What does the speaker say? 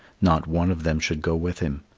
not one of them should go with him.